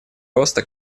роста